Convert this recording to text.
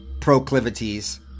proclivities